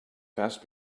fast